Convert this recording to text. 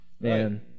man